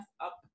up